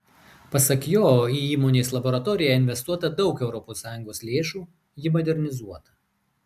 pasak jo į įmonės laboratoriją investuota daug europos sąjungos lėšų ji modernizuota